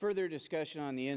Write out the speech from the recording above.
further discussion on the